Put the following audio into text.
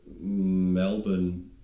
Melbourne